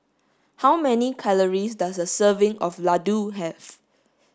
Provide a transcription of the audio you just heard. how many calories does a serving of Ladoo have